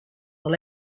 dans